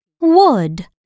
Wood